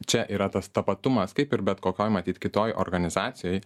čia yra tas tapatumas kaip ir bet kokioje matyt kitoje organizacijoje